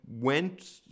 went